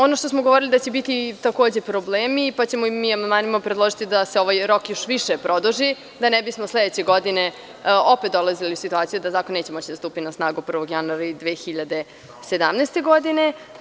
Ono što smo govorili da će biti takođe problemi, pa ćemo im mi amandmanima predložiti da se ovaj rok još više produži, da ne bismo sledeće godine opet dolazili u situaciju da zakon neće moći da stupi na snagu 1. januara 2017. godine.